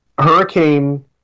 hurricane